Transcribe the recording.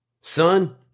Son